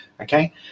okay